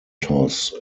toss